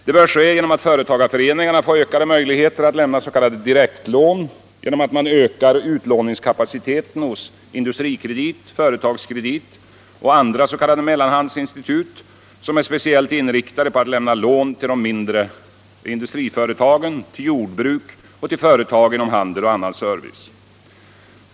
Det bör ske genom att företagarföreningarna får ökade möjligheter att lämna s.k. direktlån och genom att man ökar utlåningskapaciteten hos Industrikredit, Företagskredit och andra s.k. mellanhandsinstitut, som är speciellt inriktade på att lämna lån till mindre industriföretag, jordbruk och företag inom handel och annan service.